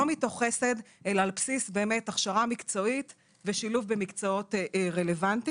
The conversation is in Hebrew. לא מתוך חסד אלא על בסיס הכשרה מקצועית ושילוב במקצועות רלוונטיים.